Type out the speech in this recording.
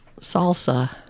salsa